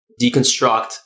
deconstruct